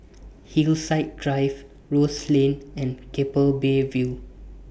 Hillside Drive Rose Lane and Keppel Bay View